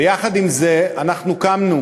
ויחד עם זה, אנחנו קמנו